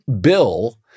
Bill